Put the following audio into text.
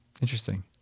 Interesting